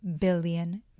billion